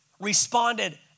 responded